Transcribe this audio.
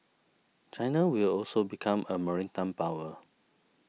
China will also become a maritime power